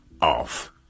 off